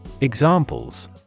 examples